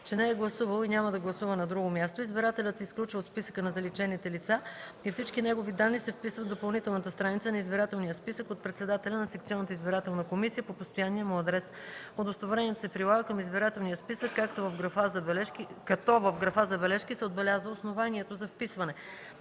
че не е гласувал и няма да гласува на друго място, избирателят се изключва от списъка на заличените лица и всички негови данни се вписват в допълнителната страница на избирателния списък от председателя на секционната избирателна комисия по постоянния му адрес. Удостоверението се прилага към избирателния списък, като в графа „Забележки” се отбелязва основанието за вписване